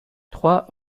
trois